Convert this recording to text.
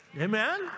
Amen